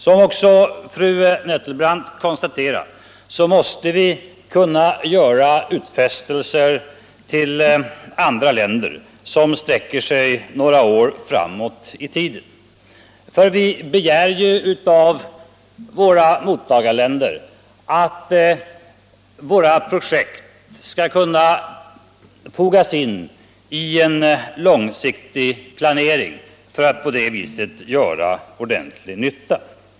Som också fru Nettelbrandt konstaterat måste vi kunna göra utfästelser som sträcker sig några år framåt i tiden. Vi begär av mottagarländerna att våra projekt skall kunna fogas in i en långsiktig planering för att på det viset göra största möjliga nytta.